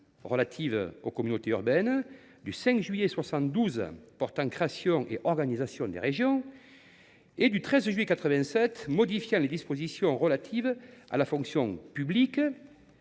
relative aux communautés urbaines ; la loi du 5 juillet 1972 portant création et organisation des régions ; la loi du 13 juillet 1987 modifiant les dispositions relatives à la fonction publique